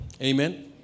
amen